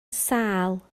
sâl